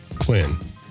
Quinn